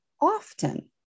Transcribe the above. often